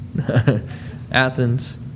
Athens